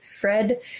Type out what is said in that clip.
Fred